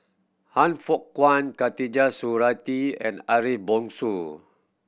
Han Fook Kwang Khatijah Surattee and Ariff Bongso